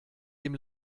dem